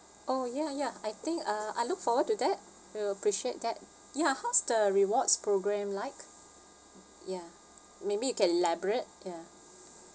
oh yeah yeah I think uh I look forward to that we will appreciate that ya how's the rewards program like ya maybe you can elaborate ya